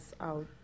out